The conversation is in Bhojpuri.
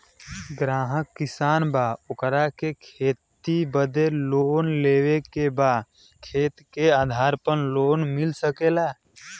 ग्राहक किसान बा ओकरा के खेती बदे लोन लेवे के बा खेत के आधार पर लोन मिल सके ला?